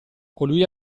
colui